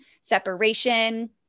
separation